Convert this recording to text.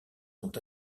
sont